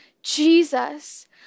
Jesus